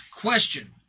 Question